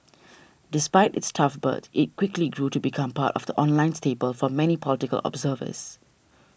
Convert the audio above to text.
despite its tough birth it quickly grew to become part of the online staple for many political observers